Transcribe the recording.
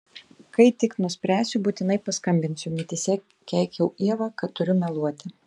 kai tik nuspręsiu būtinai paskambinsiu mintyse keikiau ievą kad turiu meluoti